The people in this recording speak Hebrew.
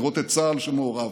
לראות את צה"ל שמעורב.